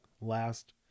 Last